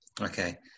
Okay